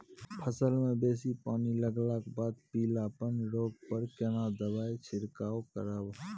फसल मे बेसी पानी लागलाक बाद पीलापन रोग पर केना दबाई से छिरकाव करब?